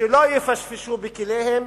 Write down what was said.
שלא יפשפשו בכליהם,